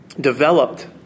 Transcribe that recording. developed